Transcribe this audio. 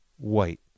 white